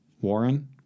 Warren